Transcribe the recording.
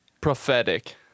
prophetic